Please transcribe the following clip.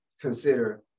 consider